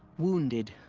wounded.